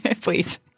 please